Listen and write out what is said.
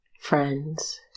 friends